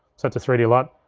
so it's a three d lut.